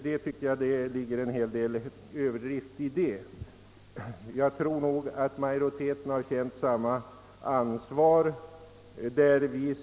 Jag tror att utskottsmajoriteten givit uttryck för lika stort ansvar i sitt uttalande på denna punkt.